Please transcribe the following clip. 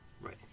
Right